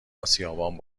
اسیابان